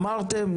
אמרתם,